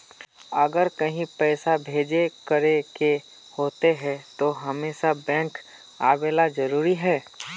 अगर कहीं पैसा भेजे करे के होते है तो हमेशा बैंक आबेले जरूरी है?